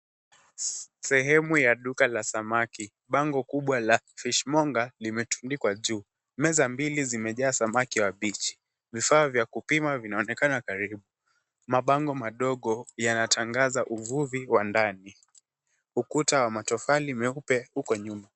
Sehemu ya duka la samaki bango kubwa la fishmonger limetundikwa juu. Meza mbili zimejaa samaki wabichi. Vifaa vya kupima vinaonekana karibu mabango madogo yanatangaza uvuvi wa ndani. Ukuta wa matofali meupe uko nyuma .